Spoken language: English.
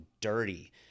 dirty